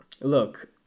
look